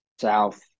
south